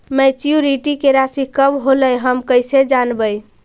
Maturity के रासि कब होलै हम कैसे जानबै?